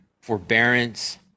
forbearance